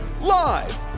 Live